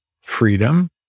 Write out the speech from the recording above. Freedom